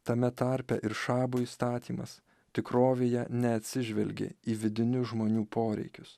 tame tarpe ir šabo įstatymas tikrovėje neatsižvelgė į vidinius žmonių poreikius